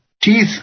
Teeth